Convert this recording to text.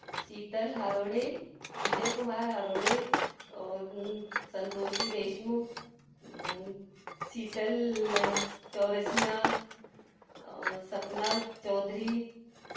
शीतल हरोड़े विजय कुमार हरोड़े और संतोषी देशमुख शीतल चौरसिया और सपना चौधरी